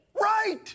Right